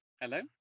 hello